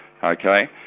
Okay